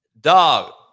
Dog